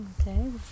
Okay